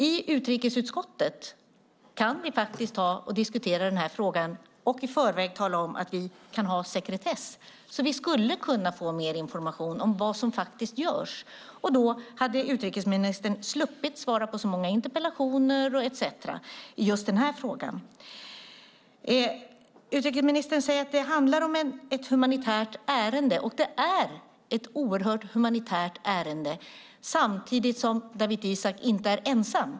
I utrikesutskottet kan vi diskutera frågan och i förväg tala om att det ska vara sekretess. Vi skulle kunna få mer information om vad som faktiskt görs. Då hade utrikesministern sluppit svara på så många interpellationer i just den här frågan. Utrikesministern säger att det handlar om ett humanitärt ärende. Det är ett oerhört humanitärt ärende, samtidigt som Dawit Isaak inte är ensam.